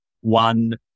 one